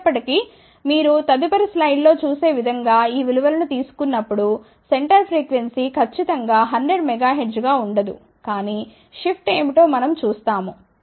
అయినప్పటి కీ మీరు తదుపరి స్లైడ్లో చూసే విధం గా ఈ విలు వలను తీసుకున్నప్పుడు సెంటర్ ఫ్రీక్వెన్సీ ఖచ్చితం గా 100 MHz గా ఉండదు కానీ షిఫ్ట్ ఏమిటో మనం చూస్తాము